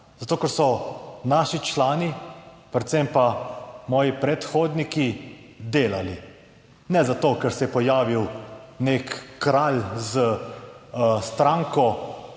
Zato, ker so naši člani, predvsem pa moji predhodniki delali, ne zato ker se je pojavil nek kralj s stranko